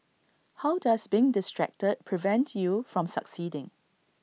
how does being distracted prevent you from succeeding